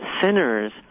sinners